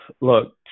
Look